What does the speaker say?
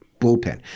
Bullpen